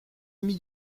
ami